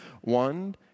one